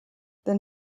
then